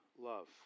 love